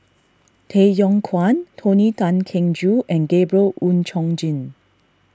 Tay Yong Kwang Tony Tan Keng Joo and Gabriel Oon Chong Jin